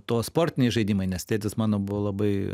to sportiniai žaidimai nes tėtis mano buvo labai